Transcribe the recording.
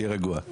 תהיה רגוע.